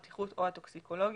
הבטיחות או הטוקסיקולוגיה,